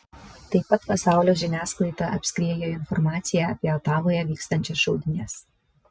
tai pat pasaulio žiniasklaidą apskriejo informacija apie otavoje vykstančias šaudynes